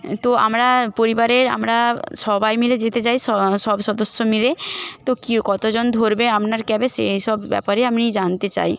তো আমরা পরিবারে আমরা সবাই মিলে যেতে চাই স সব সদস্য মিলে তো কি কতজন ধরবে আপনার ক্যাবে সেই সব ব্যাপারে আমি জানতে চায়